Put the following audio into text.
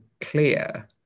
clear